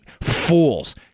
fools